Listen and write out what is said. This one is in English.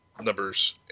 numbers